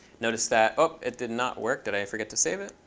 notice that, oh, it did not work. did i forget to save it?